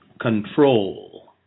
control